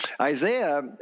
isaiah